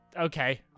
Okay